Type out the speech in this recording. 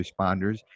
responders